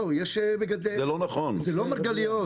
אנחנו מדברים על 85 בקשות,